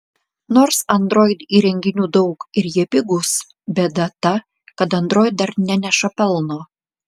nors android įrenginių daug ir jie pigūs bėda ta kad android dar neneša pelno